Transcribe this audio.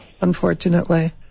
Unfortunately